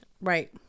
Right